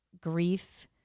grief